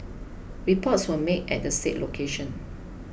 reports were made at the said location